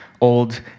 old